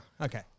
Okay